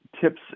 tips